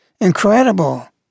incredible